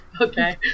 okay